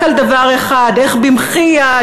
אני אדבר רק על דבר אחד: איך במחי יד,